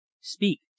speak